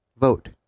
Vote